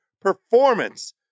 performance